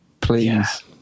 Please